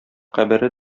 кабере